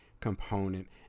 component